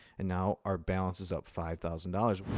and now our balance is up five thousand dollars.